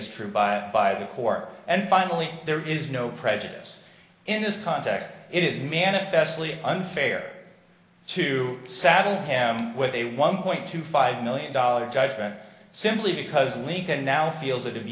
as true by by the core and finally there is no prejudice in this context it is manifestly unfair to saddle him with a one point two five million dollar judgment simply because we can now feels it